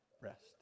rest